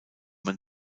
man